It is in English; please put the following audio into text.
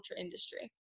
industry